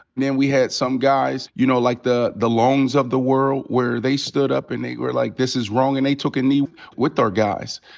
man, we had some guys, you know, like, the the lones of the world, where they stood up, and they were, like, this is wrong. and they took a knee with our guys.